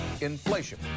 inflation